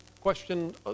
question